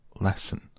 lesson